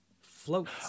floats